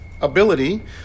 ability